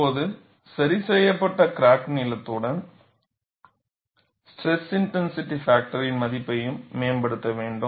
இப்போது சரிசெய்யப்பட்ட கிராக் நீளத்துடன் ஸ்ட்ரெஸ் இன்டென்சிடி பாக்டர்யின் மதிப்பையும் மேம்படுத்த வேண்டும்